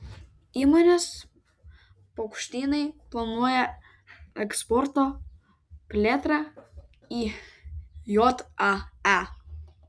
įmonės paukštynai planuoja eksporto plėtrą į jae